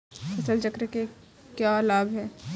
फसल चक्र के क्या लाभ हैं?